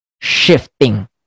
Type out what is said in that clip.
shifting